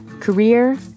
career